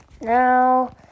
Now